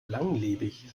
langlebig